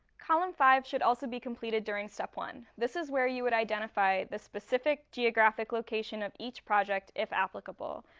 column five should also be completed during step one. this is where you would identify the specific geographic location of each project if applicable.